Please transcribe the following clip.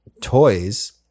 toys